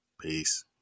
Peace